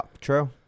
true